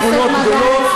שכונות גדולות,